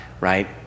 right